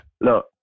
Look